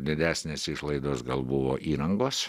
didesnės išlaidos gal buvo įrangos